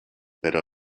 pero